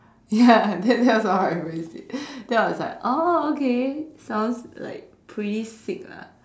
ya that that was what my friend said then I was like oh okay sounds like pretty sick lah